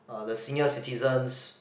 the senior citizens